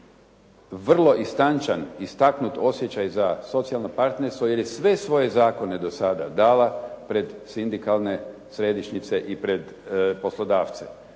vrlo istančan, istaknut osjećaj za socijalno partnerstvo jer je sve svoje zakone do sada dala pred sindikalne središnjice i pred poslodavce